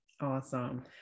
Awesome